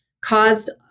caused